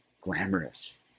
glamorous